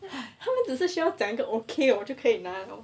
他们只是需要一个 okay 我就可以拿 liao